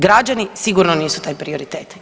Građani sigurno nisu taj prioritet.